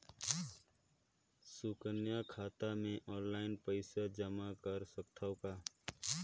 सुकन्या खाता मे ऑनलाइन पईसा जमा कर सकथव का?